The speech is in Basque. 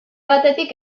batetik